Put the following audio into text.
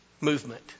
movement